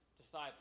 disciples